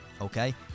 Okay